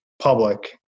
public